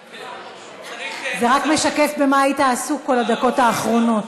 זה רק משקף במה היית עסוק בכל הדקות האחרונות.